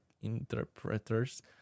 interpreters